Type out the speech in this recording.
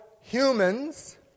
humans